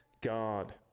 God